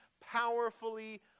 powerfully